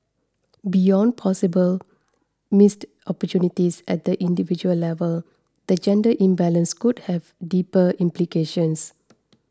beyond possible missed opportunities at the individual level the gender imbalance could have deeper implications